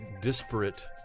disparate